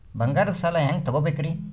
ಬಂಗಾರದ್ ಸಾಲ ಹೆಂಗ್ ತಗೊಬೇಕ್ರಿ?